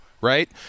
right